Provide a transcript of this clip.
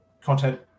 content